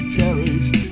cherished